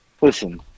listen